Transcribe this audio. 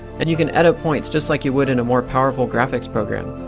and you can edit points just like you would in a more powerful graphics program.